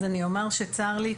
אז אני אומר שצר לי,